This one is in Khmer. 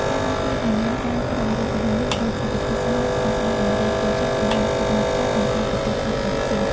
ការដាស់តឿនឱ្យមានការគ្របម្ហូបអាហារនេះក៏ជាវិធីសាស្រ្តមួយក្នុងការបង្រៀនកូនចៅឱ្យមានភាពហ្មត់ចត់ និងការទទួលខុសត្រូវខ្ពស់។